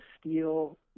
steel